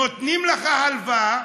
נותנים לך הלוואה,